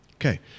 Okay